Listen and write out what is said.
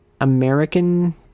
American